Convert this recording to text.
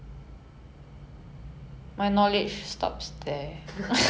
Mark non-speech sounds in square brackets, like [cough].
[breath] we're like